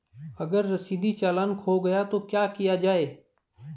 अगर रसीदी चालान खो गया तो क्या किया जाए?